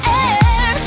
air